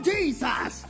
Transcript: Jesus